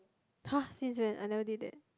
!hah! since when I never did that